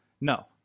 No